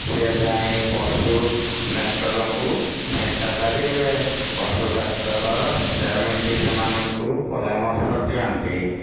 ସେ ଯାଇଁ ପଶୁ ଡ଼ାକ୍ତରଙ୍କୁ ଭେଟ କରିବେ ପଶୁ ଡ଼ାକ୍ତର ଯେମିତି ସେମାନଙ୍କୁ ପରାମର୍ଶ ଦିଅନ୍ତି